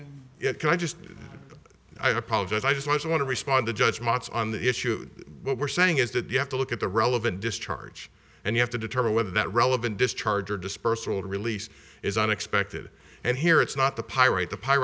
ad it can i just i apologize i just want to respond to judgments on the issue what we're saying is that you have to look at the relevant discharge and you have to determine whether that relevant discharge or dispersal release is unexpected and here it's not the pyrite the p